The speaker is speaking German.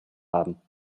haben